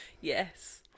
Yes